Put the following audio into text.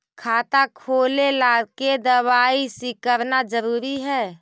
खाता खोले ला के दवाई सी करना जरूरी है?